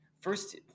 First